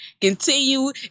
continue